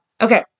okay